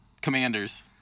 Commanders